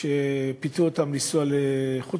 שפיתו כמה צעירות לנסוע לחוץ-לארץ,